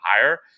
higher